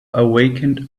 awakened